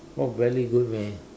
pork belly good meh